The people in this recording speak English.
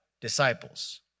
disciples